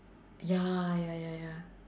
ya ya ya ya